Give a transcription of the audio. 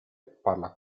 parla